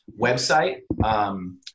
website